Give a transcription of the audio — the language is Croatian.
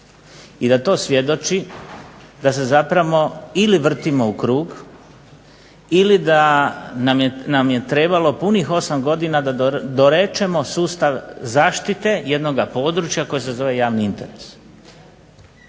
i da to svjedoči da se zapravo ili vrtimo u krug, ili da nam je trebalo punih 8 godina da dorečemo sustav zaštite jednoga područja koje se zove javni interes.